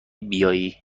بیایی